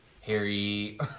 Harry